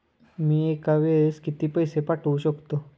मी एका वेळेस किती पैसे पाठवू शकतो?